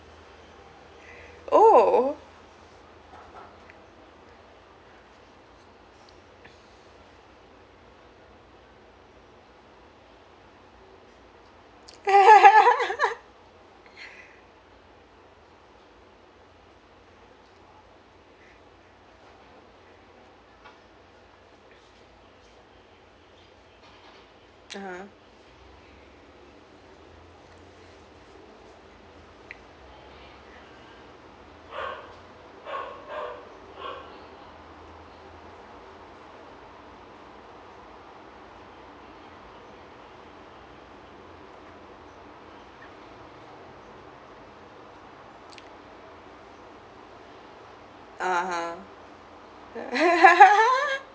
oh (uh huh) (uh huh)